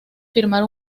firmar